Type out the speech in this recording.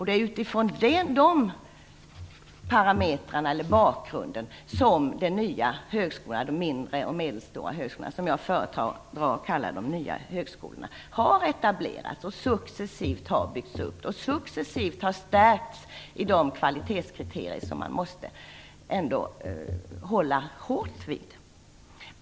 Det är mot den bakgrunden de nya mindre och medelstora högskolorna, som jag föredrar att kalla de nya högskolorna, har etablerats och successivt har byggts ut. De har också successivt stärkts när det gäller de kvalitetskriterier som man hårt måste hålla fast vid.